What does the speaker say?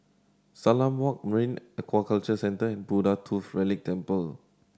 Salam Walk Marine Aquaculture Centre Buddha Tooth Relic Temple